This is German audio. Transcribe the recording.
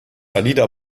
alida